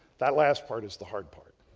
that last part is the hard part,